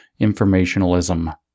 informationalism